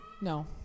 No